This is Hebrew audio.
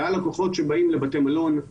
קהל לקוחות שבא לבתי מלון,